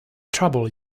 trouble